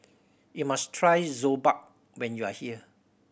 you must try Jokbal when you are here